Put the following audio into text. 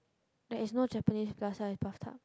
there is no Japanese plus sized bathtub